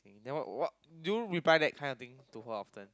then what what do you reply that kind of things to her often